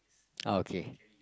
ah okay